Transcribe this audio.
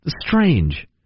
strange